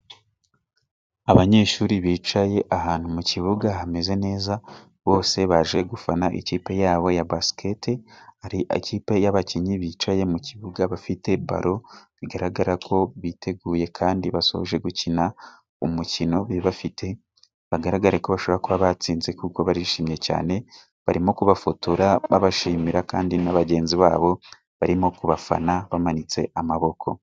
Abanyeshuri bicaye ahantu mu kibuga hameze neza bose baje gufana ikipe yabo ya basiketi ari ikipe y'abakinnyi bicaye mu kibuga bafite balo bigaragara ko biteguye kandi basoje gukina umukino bari bafite bagaragare ko bashobora kuba batsinze kuko barishimye cyane barimo kubafotora babashimira kandi na bagenzi babo barimo ku bafana bamanitse amaboko.